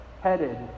headed